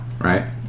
right